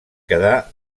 quedar